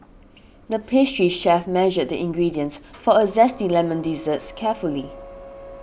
the pastry chef measured the ingredients for a zesty lemon desserts carefully